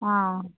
ஆ